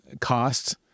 costs